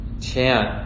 chant